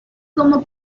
como